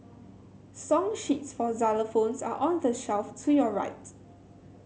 song sheets for xylophones are on the shelf to your right